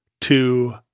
to-